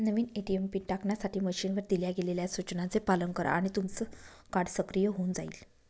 नवीन ATM PIN टाकण्यासाठी मशीनवर दिल्या गेलेल्या सूचनांचे पालन करा आणि तुमचं कार्ड सक्रिय होऊन जाईल